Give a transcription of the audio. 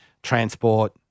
transport